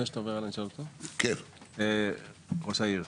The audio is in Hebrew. ראש העיר,